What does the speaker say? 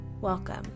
Welcome